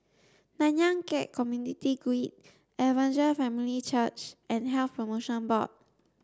Nanyang Khek Community Guild Evangel Family Church and Health Promotion Board